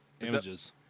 Images